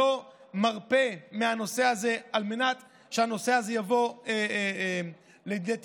שלא מרפה מהנושא הזה על מנת שהנושא הזה יבוא לידי תיקון.